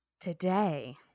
Today